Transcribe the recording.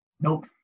Nope